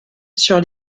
sur